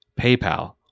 PayPal